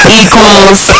equals